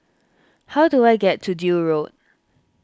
how do I get to Deal Road